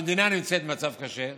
והמדינה נמצאת במצב קשה.